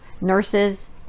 nurses